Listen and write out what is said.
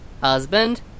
Husband